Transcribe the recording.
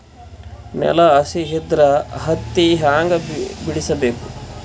ನೆಲ ಹಸಿ ಇದ್ರ ಹತ್ತಿ ಹ್ಯಾಂಗ ಬಿಡಿಸಬೇಕು?